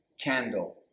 candle